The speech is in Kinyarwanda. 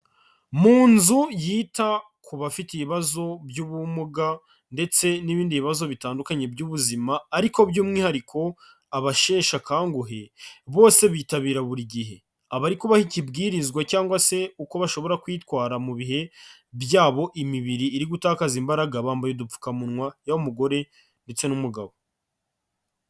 Mu nzu yita ku bafite ibibazo by'ubumuga ndetse n'ibindi bibazo bitandukanye by'ubuzima ariko by'umwihariko abasheshe akanguhe, bose bitabira buri gihe. Abari kubaha ikibwirizwa cyangwa se uko bashobora kwitwara mu bihe byabo imibiri iri gutakaza imbaraga, bambaye udupfukamunwa yaba umugore ndetse n'umugabo.